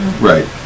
Right